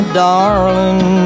darling